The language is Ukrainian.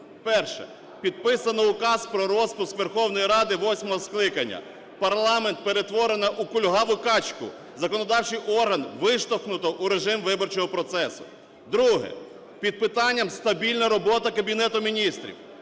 Перше. Підписано Указ про розпуск Верховної Ради восьмого скликання. Парламент перетворено у кульгаву качку. Законодавчий орган виштовхнуто у режим виборчого процесу. Друге. Під питанням стабільна робота Кабінету Міністрів.